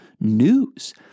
news